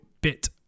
bit